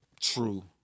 True